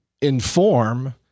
inform